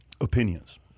opinions